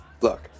Look